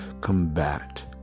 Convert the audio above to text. combat